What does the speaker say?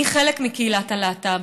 אני חלק מקהילת הלהט"ב,